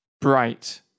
bright